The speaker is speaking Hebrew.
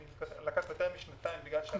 זה לקח יותר משנתיים בגלל המורכבות.